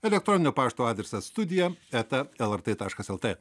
elelektroninio pašto adresas studija eta lrt taškas lt